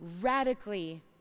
radically